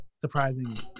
surprisingly